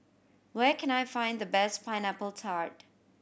where can I find the best Pineapple Tart